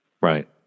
Right